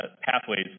pathways